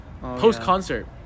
post-concert